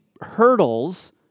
hurdles